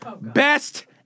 best